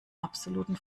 absoluten